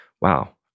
Wow